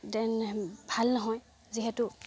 ভাল নহয় যিহেতু